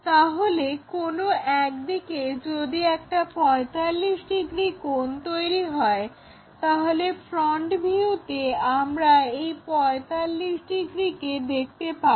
তাহলে কোনো একদিকে যদি এটা 45 ডিগ্রি কোণ তৈরি করে তাহলে ফ্রন্ট ভিউতে আমরা এই 45° কে দেখতে পাবো